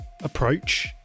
approach